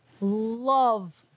Love